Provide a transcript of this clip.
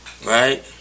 Right